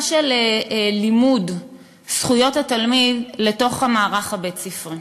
של לימוד זכויות התלמיד לתוך המערך הבית-ספרי.